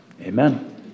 Amen